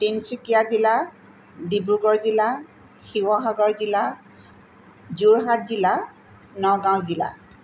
তিনচুকীয়া জিলা ডিব্ৰুগড় জিলা শিৱসাগৰ জিলা যোৰহাট জিলা নগাঁও জিলা